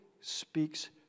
speaks